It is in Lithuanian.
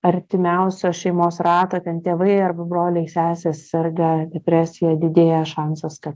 artimiausio šeimos rato ten tėvai arba broliai sesės serga depresija didėja šansas kad